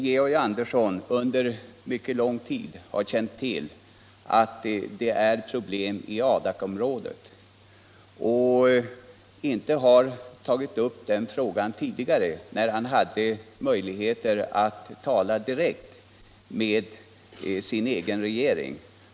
Georg Andersson har under mycket lång tid känt till att det är problem i Adakområdet men har inte tagit upp frågan tidigare, när han hade möjligheter att tala direkt med sin egen regering.